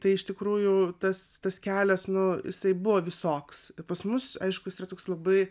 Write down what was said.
tai iš tikrųjų tas tas kelias nu jisai buvo visoks pas mus aiškus jis yra toks labai